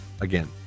again